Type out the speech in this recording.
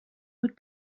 would